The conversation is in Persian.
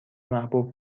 محبوب